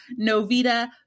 Novita